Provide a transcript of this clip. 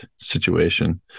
situation